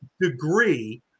degree